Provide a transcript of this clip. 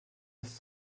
ist